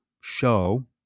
show